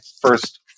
first